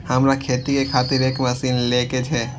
हमरा खेती के खातिर एक मशीन ले के छे?